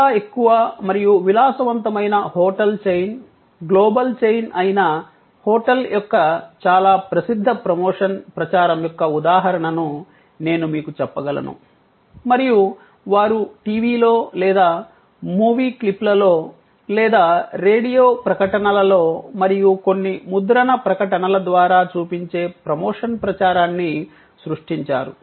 చాలా ఎక్కువ మరియు విలాసవంతమైన హోటల్ చైన్ గ్లోబల్ చైన్ అయిన హోటల్ యొక్క చాలా ప్రసిద్ధ ప్రమోషన్ ప్రచారం యొక్క ఉదాహరణను నేను మీకు చెప్పగలను మరియు వారు టీవీలో లేదా మూవీ క్లిప్లలో లేదా రేడియో ప్రకటనలలో మరియు కొన్ని ముద్రణ ప్రకటనల ద్వారా చూపించే ప్రమోషన్ ప్రచారాన్ని సృష్టించారు